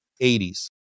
80s